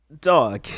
dog